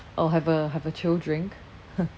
oh have a have a chill drink